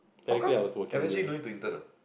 how come no need to intern ah